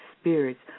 spirits